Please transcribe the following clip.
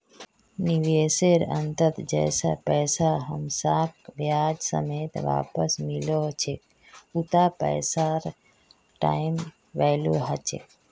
निवेशेर अंतत जैता पैसा हमसाक ब्याज समेत वापस मिलो छेक उता पैसार टाइम वैल्यू ह छेक